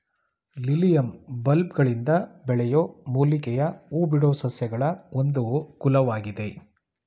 lilium ಬಲ್ಬ್ಗಳಿಂದ ಬೆಳೆಯೋ ಮೂಲಿಕೆಯ ಹೂಬಿಡೋ ಸಸ್ಯಗಳ ಒಂದು ಕುಲವಾಗಿದೆ